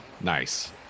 Nice